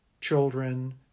children